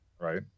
right